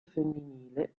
femminile